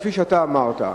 כפי שאתה אמרת,